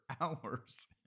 hours